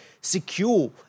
secure